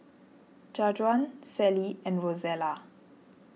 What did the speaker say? Jajuan Sallie and Rozella